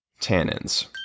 tannins